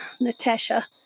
Natasha